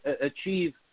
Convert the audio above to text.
achieve –